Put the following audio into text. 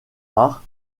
rares